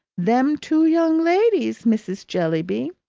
them two young ladies, missis jellyby!